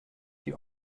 die